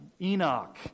Enoch